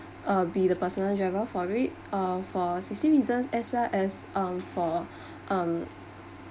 uh be the personal driver for it uh for safety reasons as well as um for um